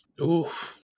Oof